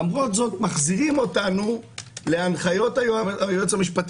למרות זאת מחזירים אותנו להנחיות היועץ המשפטי